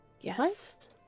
Yes